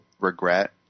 regret